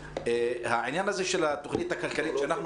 העניין הזה של התכנית הכלכלית שאנחנו